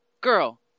girl